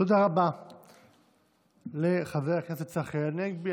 תודה רבה לחבר הכנסת צחי הנגבי.